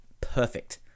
Perfect